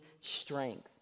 strength